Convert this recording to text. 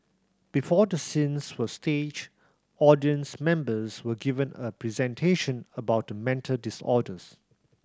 before the scenes were staged audience members were given a presentation about the mental disorders